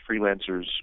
freelancers